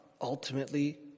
ultimately